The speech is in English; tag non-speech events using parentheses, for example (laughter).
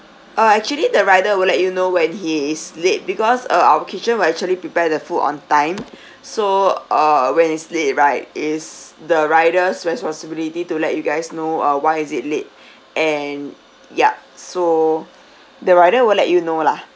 uh actually the rider will let you know when he is late because uh our kitchen will actually prepare the food on time (noise) (breath) so uh when it's late right it's the rider's responsibility to let you guys know uh why is it late (breath) and yup so the rider will let you know lah